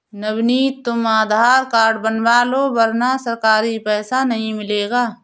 नवनीत तुम आधार कार्ड बनवा लो वरना सरकारी पैसा नहीं मिलेगा